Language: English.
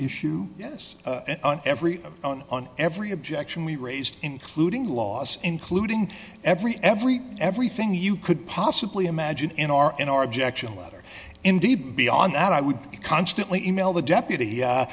issue yes every on every objection we raised including laws including every every everything you could possibly imagine in our in our objection letter indeed beyond that i would constantly e mail the deputy